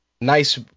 Nice